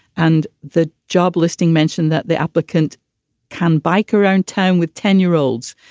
and the job listing mentioned that the applicant can bike around town with ten year olds,